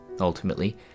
Ultimately